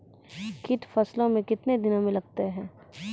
कीट फसलों मे कितने दिनों मे लगते हैं?